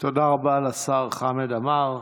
תודה רבה לשר חמד עמאר.